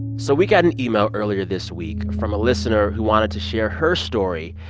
so we got an email earlier this week from a listener who wanted to share her story,